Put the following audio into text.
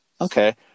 Okay